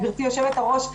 גברתי יושבת הראש,